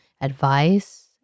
advice